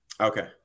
Okay